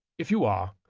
if you are,